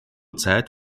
zeit